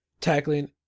tackling